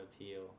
appeal